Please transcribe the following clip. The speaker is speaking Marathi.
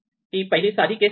ही पहिली साधी केस आहे